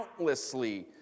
countlessly